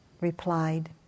replied